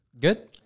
good